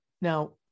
Now